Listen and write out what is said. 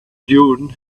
dune